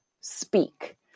speak